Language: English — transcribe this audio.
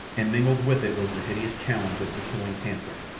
and mingled with it was the hideous challenge of the killing panther.